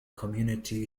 community